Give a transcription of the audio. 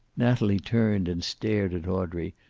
natalie turned and stared at audrey,